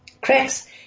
cracks